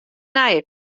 nije